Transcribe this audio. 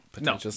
No